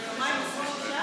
לפני יומיים ונוספו שישה?